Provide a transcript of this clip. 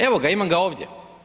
Evo ga, imam ga ovdje.